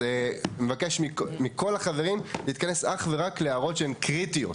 אז אני מבקש מכל החברים להתכנס אך ורק להערות שהן קריטיות.